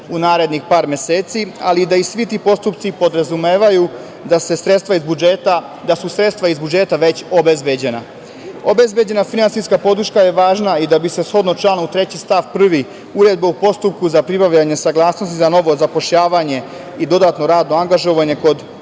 u narednih par meseci, ali i da svi ti postupci podrazumevaju da su sredstva iz budžeta već obezbeđena. Obezbeđena finansijska podrška je važna i da bi se shodno članu 3. stav 1. Uredbe o postupku za pribavljanje saglasnosti za novo zapošljavanje i dodatno radno angažovanje kod